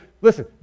listen